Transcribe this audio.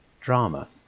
drama